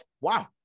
Wow